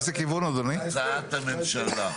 הצעת הממשלה.